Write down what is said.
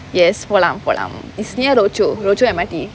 yes போலாம் போலாம்:polaam polaam it's near rochor rochor M_R_T